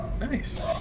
Nice